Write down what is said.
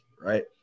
right